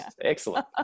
excellent